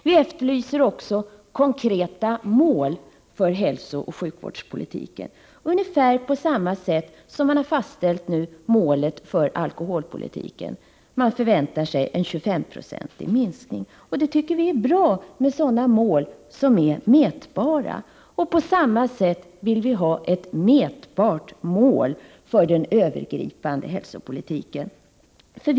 Vi efterlyser också konkreta mål för hälsooch sjukvårdspolitiken, ungefär på samma sätt som man har fastställt målet för alkoholpolitiken — man förväntar sig en 25-procentig minskning. Vi tycker att det är bra med sådana mål som är mätbara. På samma sätt vill vi ha ett mätbart mål för den övergripande hälsooch sjukvårdspolitiken.